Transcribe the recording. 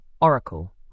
Oracle